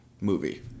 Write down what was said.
movie